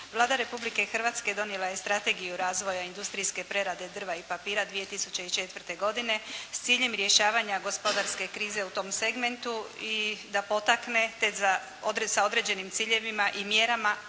Vlada Republike Hrvatske donijela je Strategiju razvoja industrijske prerade drva i papira 2004. godine s ciljem rješavanja gospodarske krize u tom segmentu i da potakne te sa određenim ciljevima i mjerama,